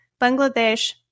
Bangladesh